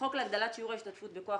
3. בחוק להגדלת שיעור ההשתתפות בכוח